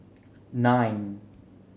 nine